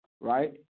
right